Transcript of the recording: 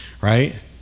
right